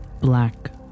black